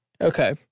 Okay